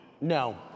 No